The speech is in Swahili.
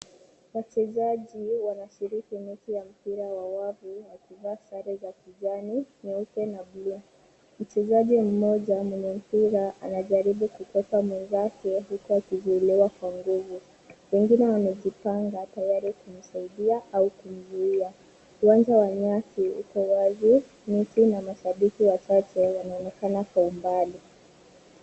Wachezaji wanashiriki mechi ya mpira wa wavu wakivaa sare za kijani, nyeupe na bluu. Mchezaji mmoja mwenye mpira anajaribu kukwepa mwenzake huku akizuiliwa kwa nguvu. Wengine wanajipanga tayari kumsaidia au kumzuiza. Uwanja wa nyasi uko wazi, miti na mashabiki wachache wanaonekana kwa umbali